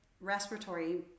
respiratory